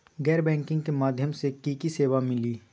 गैर बैंकिंग के माध्यम से की की सेवा मिली?